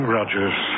Rogers